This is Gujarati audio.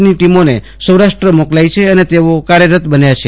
ની ટીમોને સૌરાષ્ટ્ર મોકલાઇ છે અને તેઓ કાર્યરત બન્યા છે